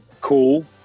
Cool